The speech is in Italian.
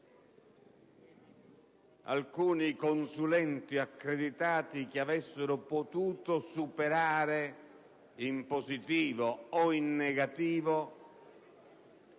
alcuni consulenti accreditati che avessero potuto superare, in positivo o in negativo,